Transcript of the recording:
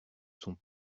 sont